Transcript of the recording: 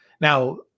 Now